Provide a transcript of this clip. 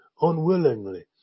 unwillingly